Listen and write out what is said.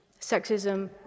sexism